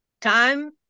time